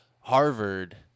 Harvard